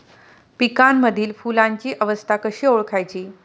पिकांमधील फुलांची अवस्था कशी ओळखायची?